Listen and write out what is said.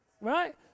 Right